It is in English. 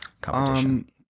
competition